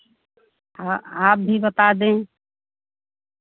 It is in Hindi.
आप भी बता दें